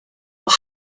were